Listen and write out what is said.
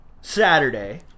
Saturday